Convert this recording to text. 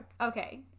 okay